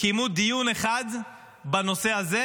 קיימו דיון אחד בנושא הזה,